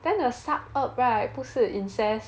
then the suburbs right 不是 incest